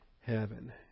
heaven